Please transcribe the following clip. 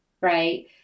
Right